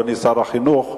אדוני שר החינוך,